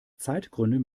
zeitgründen